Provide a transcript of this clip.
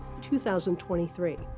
2023